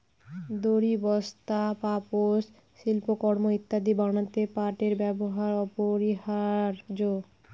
দড়ি, বস্তা, পাপোষ, শিল্পকর্ম ইত্যাদি বানাতে পাটের ব্যবহার অপরিহার্য